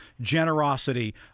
generosity